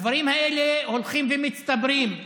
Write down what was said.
הדברים האלה הולכים ומצטברים.